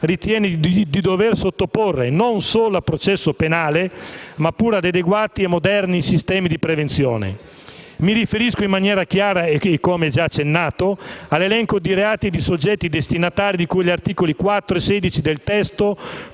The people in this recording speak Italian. ritiene di dover sottoporre, non solo a processo penale, ma pure ad adeguati e moderni sistemi di prevenzione. Mi riferisco, in maniera chiara e come già accennato, all'elenco di reati e di soggetti destinatari, di cui agli articoli 4 e 16 del testo